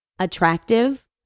Attractive